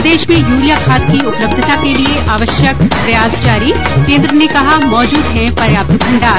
प्रदेश में यूरिया खाद की उपलब्धता के लिये आवश्यक प्रयास जारी केन्द्र ने कहा मौजूद है पर्याप्त भण्डार